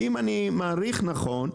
אם אני מעריך נכון,